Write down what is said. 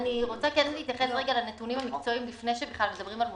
אני רוצה להתייחס לנתונים המקצועיים לפני שמדברים על מודלים.